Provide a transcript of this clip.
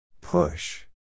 Push